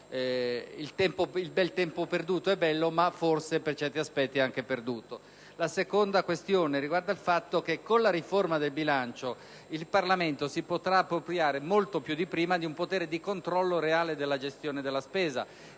il bel tempo perduto è bello, ma forse, per certi aspetti, è anche perduto. In secondo luogo, con la riforma del bilancio il Parlamento si potrà appropriare molto di più di prima di un potere di controllo reale sulla gestione della spesa,